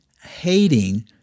hating